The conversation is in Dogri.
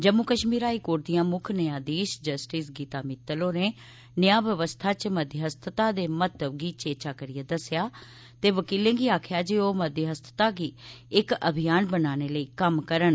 जम्मू कश्मीर हाईकोर्ट दिआं मुक्ख न्यायाधीश जस्टिस गीता भित्तल होरें न्याऽ बवस्था च मध्यस्थता दे महत्व गी चेचा करियै दस्सेआ ते वकीलें गी आखेआ ऐ जे ओह् मध्यस्थस्था गी इक अभियान बनाने लेई कम्म करन